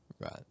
Right